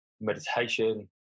meditation